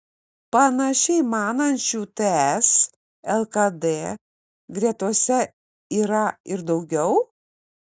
panašiai manančių ts lkd gretose yra ir daugiau